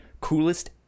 coolest